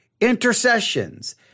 intercessions